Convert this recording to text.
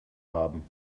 haben